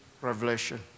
revelation